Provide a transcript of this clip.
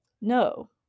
No